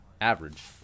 average